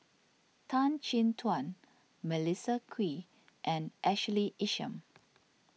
Tan Chin Tuan Melissa Kwee and Ashley Isham